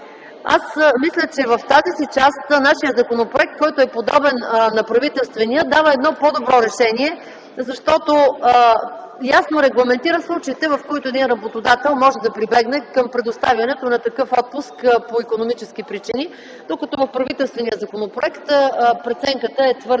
Аз мисля, че в тази си част нашият законопроект, който е подобен на правителствения, дава едно по-добро решение, защото ясно регламентира случаите, в които един работодател може да прибегне към предоставянето на такъв отпуск по икономически причини, докато в правителствения законопроект преценката е твърде